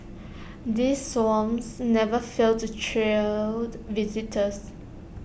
these swans never fail to thrill visitors